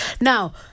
Now